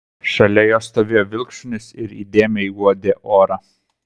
šalia jo stovėjo vilkšunis ir įdėmiai uodė orą